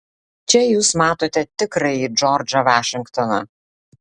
čia jūs matote tikrąjį džordžą vašingtoną